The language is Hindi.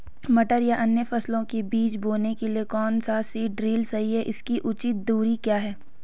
मटर या अन्य फसलों के बीज बोने के लिए कौन सा सीड ड्रील सही है इसकी उचित दूरी क्या है?